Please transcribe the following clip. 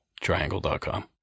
triangle.com